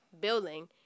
building